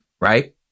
Right